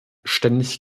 ständig